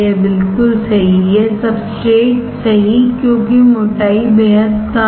बिल्कुल सही यह सब्सट्रेट सही क्योंकि मोटाई बेहद कम है